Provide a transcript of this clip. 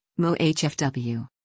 MOHFW